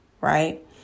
Right